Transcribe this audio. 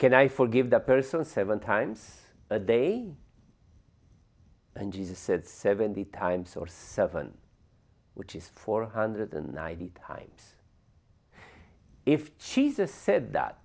can i forgive the person seven times a day and jesus said seventy times or seven which is four hundred and ninety times if jesus said that